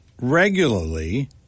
regularly